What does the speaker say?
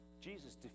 Jesus